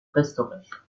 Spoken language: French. restaurer